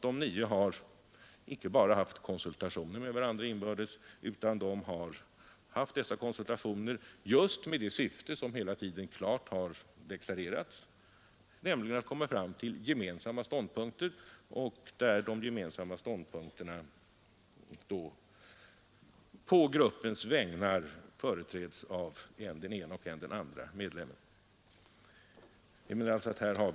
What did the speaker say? De nio har ju icke bara haft konsultationer med varandra inbördes utan de har haft dessa konsultationer just med ett syfte — som hela tiden klart har deklarerats — nämligen att komma fram till gemensamma ståndpunkter, Dessa gemensamma ståndpunkter företräds på gruppens vägnar av olika, härför utsedda medlemmar.